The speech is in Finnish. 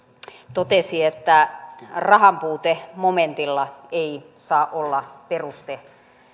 totesi että rahanpuute momentilla ei saa olla peruste